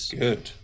good